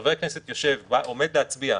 שחבר כנסת עומד להצביע,